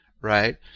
right